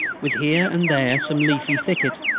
with here and there some leafy thicket.